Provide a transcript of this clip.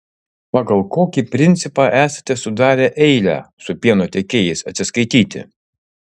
pagal kokį principą esate sudarę eilę su pieno tiekėjais atsiskaityti